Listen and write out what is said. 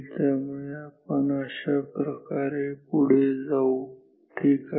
त्यामुळे आपण अशाप्रकारे पुढे जाऊ ठीक आहे